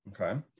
Okay